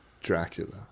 Dracula